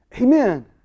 Amen